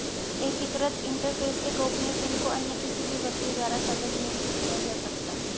एकीकृत इंटरफ़ेस के गोपनीय पिन को अन्य किसी भी व्यक्ति द्वारा साझा नहीं किया जा सकता